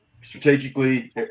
strategically